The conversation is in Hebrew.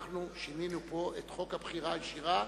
אנחנו שינינו פה את חוק הבחירה הישירה